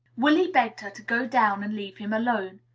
willy begged her to go down and leave him alone.